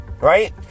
right